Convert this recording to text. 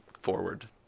forward